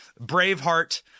Braveheart